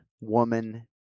woman